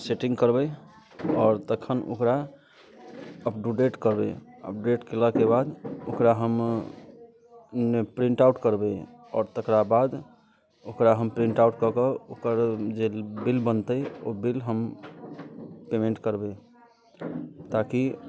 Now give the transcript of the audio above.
setting करबै आओर तखन ओकरा अप टु डेट करबै अपडेट केलाके बाद ओकरा हम प्रिंट आउट करबै आओर तकरा बाद ओकरा हम प्रिंट आउट कऽ कऽ ओकर जे बिल बनतै ओ बिल हम पेमेंट करबै ताकि